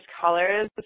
colors